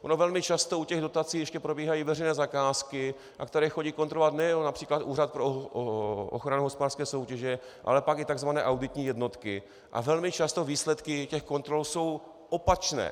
Ono velmi často u těch dotací ještě probíhají veřejné zakázky, které chodí kontrolovat nejen například Úřad pro ochranu hospodářské soutěže, ale také tzv. auditní jednotky, a velmi často výsledky těch kontrol jsou opačné.